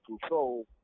Control